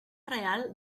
real